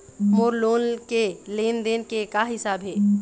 मोर loan के लेन देन के का हिसाब हे?